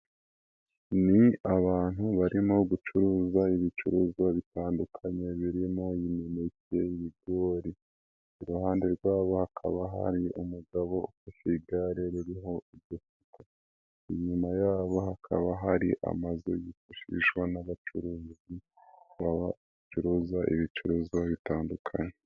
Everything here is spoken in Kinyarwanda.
Ni abantu barimo gucuruza ibicuruzwa bitandukanye, birimo imineke ibigori, iruhande rwabo hakaba hari umugabo, ufashe igare ririho umufuka, inyuma yabo hakaba hari amazu yifashishwa n'abacuruzi, bacuruza ibicuruzwa bitandukanye.